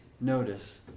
notice